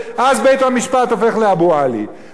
אז בית-המשפט הופך ל"אבו עלי".